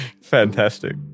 Fantastic